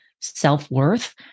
self-worth